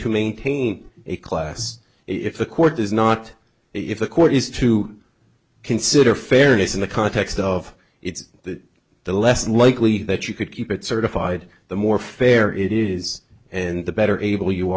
to maintain a class if the court does not if a court is to consider fairness in the context of it's that the less likely that you could keep it certified the more fair it is and the better able you